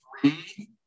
three